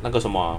那个什么 ah